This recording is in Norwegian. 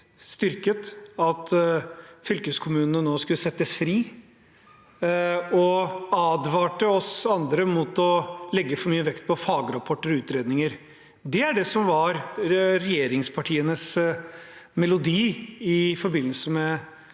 styrket, at fylkeskommunene nå skulle settes fri, og de advarte oss andre mot å legge for mye vekt på fagrapporter og utredninger. Det var det som var regjeringspartienes melodi i forbindelse med